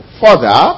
further